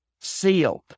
sealed